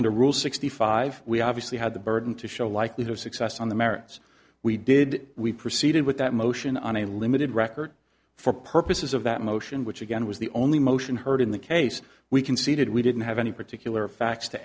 under rule sixty five we obviously had the burden to show a likelihood of success on the merits we did we proceeded with that motion on a limited record for purposes of that motion which again was the only motion heard in the case we conceded we didn't have any particular facts to